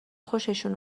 خوششون